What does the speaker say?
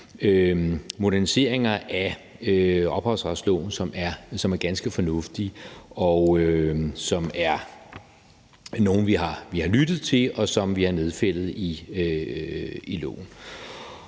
moderniseringer af ophavsretsloven, som er ganske fornuftige, og som er nogle, vi har lyttet til, og som vi har nedfældet i loven.